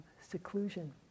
seclusion